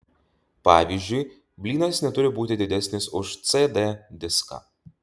pavyzdžiui blynas neturi būti didesnis už cd diską